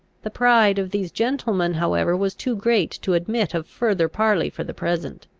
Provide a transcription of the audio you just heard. the pride of these gentlemen however was too great to admit of further parley for the present.